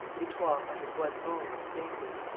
victoire uttered one moan and fainted.